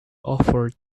offered